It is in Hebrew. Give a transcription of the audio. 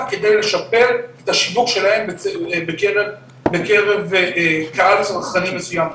כדי לשפר את השיווק שלהם בקרב קהל צרכנים מסוים.